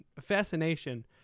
fascination